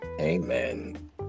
Amen